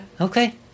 Okay